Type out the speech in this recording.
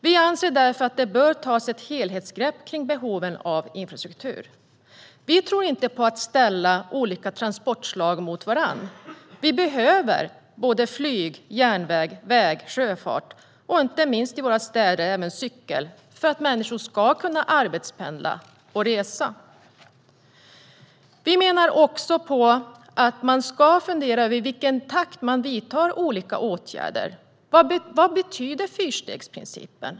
Vi anser därför att det bör tas ett helhetsgrepp kring behoven av infrastruktur. Vi tror inte på att ställa olika transportslag mot varandra. Vi behöver flyg, järnväg, väg, sjöfart och - inte minst i våra städer - cykel, för att människor ska kunna arbetspendla och resa. Vi menar också att man ska fundera på i vilken takt man vidtar olika åtgärder. Vad betyder fyrstegsprincipen?